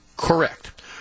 Correct